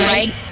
Right